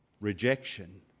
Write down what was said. rejection